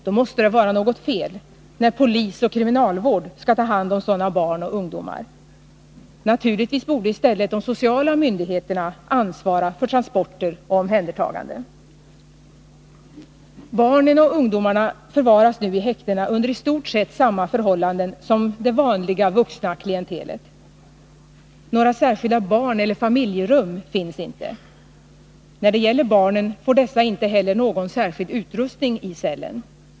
Det måste vara något fel när polis och kriminalvård skall ta hand om sådana barn och ungdomar. Naturligtvis borde i stället de sociala myndigheterna ansvara för transporter och omhändertagande. Barnen och ungdomarna förvaras nu i häktena under i stort sett samma förhållanden som det vanliga vuxna klientelet. Några särskilda barneller familjerum finns inte. Barnen får inte heller någon särskild utrustning i cellen.